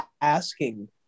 asking